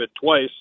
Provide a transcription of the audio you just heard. twice